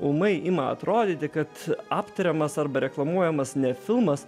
ūmai ima atrodyti kad aptariamas arba reklamuojamas ne filmas